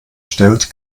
stellt